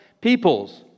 peoples